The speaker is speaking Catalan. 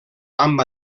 amb